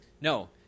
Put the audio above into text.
no